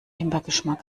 himbeergeschmack